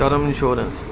term insurance